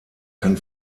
kann